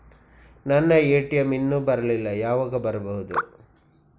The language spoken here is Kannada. ನನ್ನ ಎ.ಟಿ.ಎಂ ಇನ್ನು ಬರಲಿಲ್ಲ, ಯಾವಾಗ ಬರಬಹುದು?